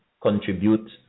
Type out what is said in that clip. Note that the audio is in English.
Contribute